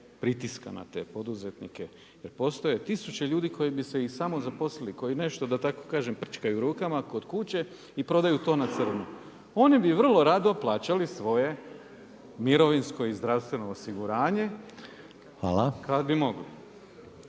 pritiska na te poduzetnike. Jer postoje tisuće ljudi koje bi se i samozaposlili koji nešto da tako kažem prčkaju rukama kod kuće i prodaju to na crno. Oni bi vrlo rado plaćali svoje mirovinsko i zdravstveno osiguranje kad bi mogli.